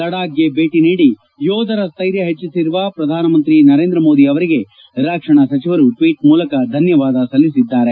ಲಡಾಖ್ಗೆ ಭೇಟಿ ನೀಡಿ ಯೋಧರ ಸ್ಸೈರ್ಯ ಹೆಚ್ಚಿಸಿರುವ ಪ್ರಧಾನಮಂತ್ರಿ ಮೋದಿ ಅವರಿಗೆ ರಕ್ಷಣಾ ಸಚಿವರು ಟ್ನೀಟ್ ಮೂಲಕ ಧನ್ನವಾದ ಸಲ್ಲಿಸಿದ್ದಾರೆ